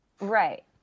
Right